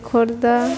Khordha